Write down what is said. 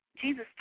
Jesus